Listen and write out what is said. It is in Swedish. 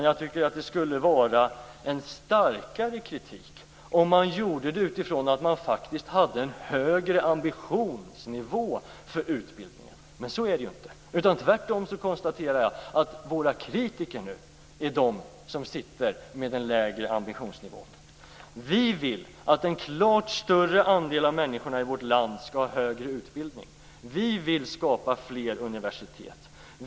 Jag tycker ändå att kritiken skulle vara starkare om utgångspunkten var att man hade en högre ambitionsnivå för utbildningen, men så är det ju inte. Tvärtom konstaterar jag att våra kritiker nu är de som sitter med den lägre ambitionsnivån. Vi vill att en klart större andel av människorna i vårt land skall ha högre utbildning. Vi vill skapa fler universitet.